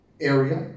area